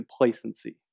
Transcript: complacency